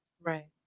Right